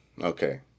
Okay